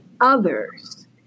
others